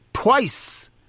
twice